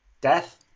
Death